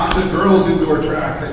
girls indoor track,